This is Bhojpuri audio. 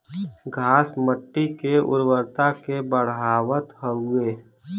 घास मट्टी के उर्वरता के बढ़ावत हउवे